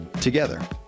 together